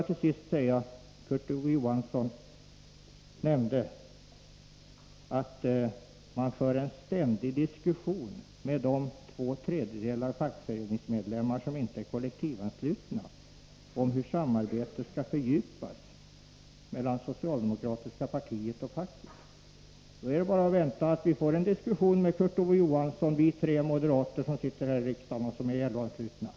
Till sist: Kurt Ove Johansson sade att man för en ständig diskussion med de två tredjedelar av fackföreningsmedlemmarna som inte är kollektivanslutna om hur samarbetet skall fördjupas mellan socialdemokratiska partiet och facket. Då är det bara att vänta att vi tre moderater här i riksdagen som är LO-anslutna får en diskussion med Kurt Ove Johansson!